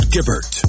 Gibbert